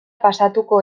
pasatuko